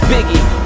Biggie